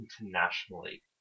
internationally